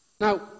Now